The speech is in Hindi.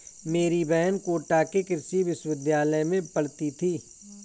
मेरी बहन कोटा के कृषि विश्वविद्यालय में पढ़ती थी